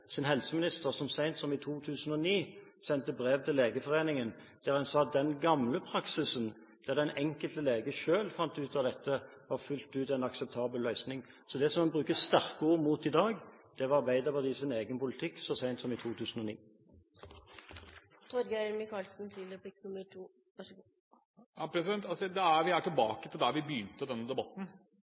helseminister så sent som i 2009 sendte brev til Legeforeningen, der en sa at den gamle praksisen der den enkelte lege selv fant ut av dette, var en fullt ut akseptabel løsning. Så det man bruker sterke ord mot i dag, var Arbeiderpartiets egen politikk så sent som i 2009. Vi er tilbake til der vi begynte denne debatten. Jeg kan godt erkjenne at det